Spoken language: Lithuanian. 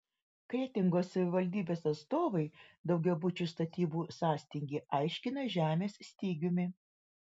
kretingos savivaldybės atstovai daugiabučių statybų sąstingį aiškina žemės stygiumi